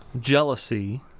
jealousy